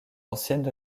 anciennes